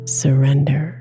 surrender